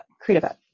creative